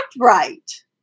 right